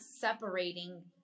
separating